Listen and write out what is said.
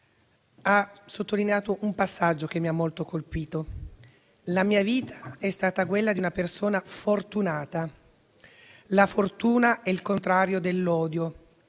ha sottolineato un passaggio che mi ha molto colpito: «La mia vita è stata quella di una persona fortunata. La fortuna è il contrario dell'odio,